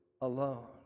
alone